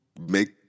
make